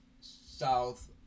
south